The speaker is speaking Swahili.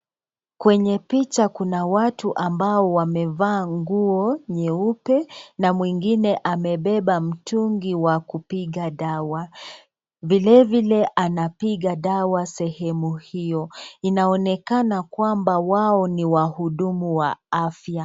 Kwenye picha kuna watu ambao wamevaa nguo nyeupe na mwingine amebeba mtungi wa kupiga dawa, vilevile anapiga dawa sehemu hiyo inaonekana kwamba wao ni wahudumu wa afya.